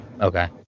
Okay